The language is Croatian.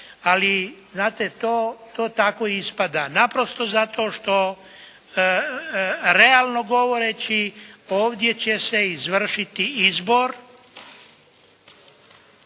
ali znate to, to tako ispada naprosto zato što realno govoreći ovdje će se izvršiti izbor